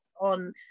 on